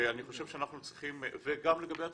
גם לגבי התלמיד,